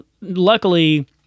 luckily